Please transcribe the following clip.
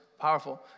powerful